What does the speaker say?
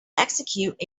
execute